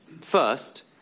First